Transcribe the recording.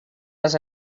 les